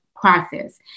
process